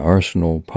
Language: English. Arsenal